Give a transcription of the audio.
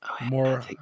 more